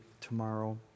tomorrow